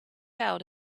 out